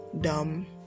dumb